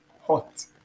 hot